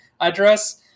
address